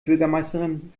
bürgermeisterin